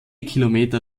kilometer